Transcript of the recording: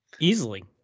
Easily